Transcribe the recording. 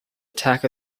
attack